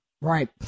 Right